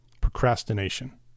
procrastination